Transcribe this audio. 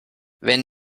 wenn